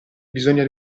bisogna